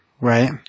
right